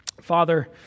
Father